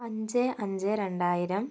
അഞ്ച് അഞ്ച് രണ്ടായിരം